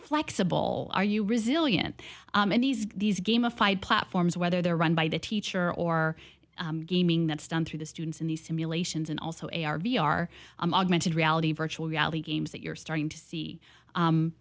flexible are you resilient and these these game of five platforms whether they're run by the teacher or gaming that's done through the students in these simulations and also a r v are augmented reality virtual reality games that you're starting to see